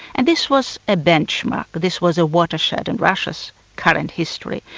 and this was a benchmark, this was a watershed in russia's current history,